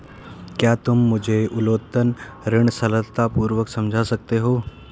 क्या तुम मुझे उत्तोलन ऋण सरलतापूर्वक समझा सकते हो?